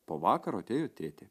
po vakaro atėjo tėtė